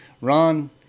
Ron